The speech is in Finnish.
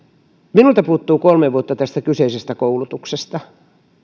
minulta puuttuu kolme vuotta tästä kyseistä koulutuksesta